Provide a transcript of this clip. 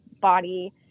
body